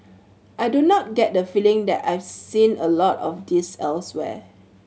I do not get the feeling that I've seen a lot of this elsewhere